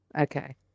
Okay